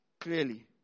clearly